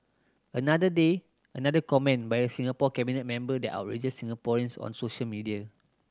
another day another comment by a Singapore cabinet member that outrages Singaporeans on social media